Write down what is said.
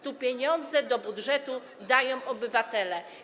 Tu pieniądze do budżetu dają obywatele.